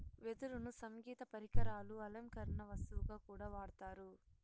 వెదురును సంగీత పరికరాలు, అలంకరణ వస్తువుగా కూడా వాడతారు